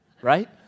Right